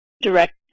direct